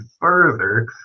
further